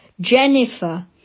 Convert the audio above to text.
Jennifer